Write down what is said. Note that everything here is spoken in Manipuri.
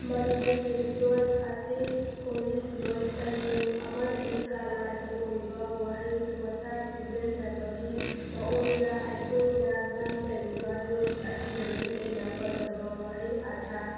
ꯃꯅꯤꯄꯨꯔꯤ ꯂꯣꯟ ꯑꯁꯤ ꯈꯣꯔꯤꯂꯣꯟ ꯁꯩꯔꯦꯡ ꯑꯃꯗꯤ ꯀꯥꯂꯥꯒꯤ ꯑꯣꯏꯕ ꯋꯥꯍꯩ ꯋꯥꯇꯥ ꯁꯤꯖꯤꯟꯅꯕꯒꯤ ꯃꯑꯣꯡꯗ ꯑꯩꯈꯣꯏꯅ ꯉꯥꯡꯅꯔꯤꯕ ꯂꯣꯟ ꯑꯁꯤꯗꯒꯤ ꯍꯦꯟꯅ ꯐꯖꯕ ꯋꯥꯍꯩ ꯑꯥꯔꯊ